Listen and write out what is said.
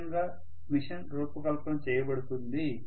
ఆ విధంగా మెషిన్ రూపకల్పన చేయబడుతుంది